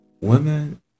Women